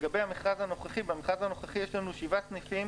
במכרז הנוכחי יש לנו שבעה סניפים,